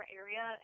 area